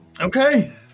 Okay